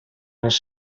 les